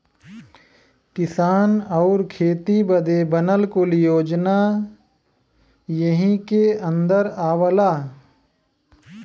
किसान आउर खेती बदे बनल कुल योजना यही के अन्दर आवला